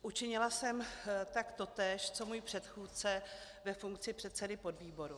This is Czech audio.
Učinila jsem tak totéž co můj předchůdce ve funkci předsedy podvýboru.